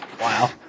Wow